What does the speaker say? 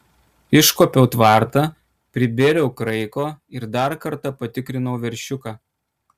iškuopiau tvartą pribėriau kraiko ir dar kartą patikrinau veršiuką